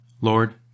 Lord